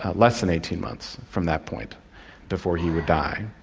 ah less than eighteen months from that point before he would die.